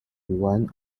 one